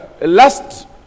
last